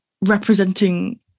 representing